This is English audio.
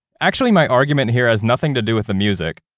actually, my argument here has nothing to do with the music.